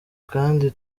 kandi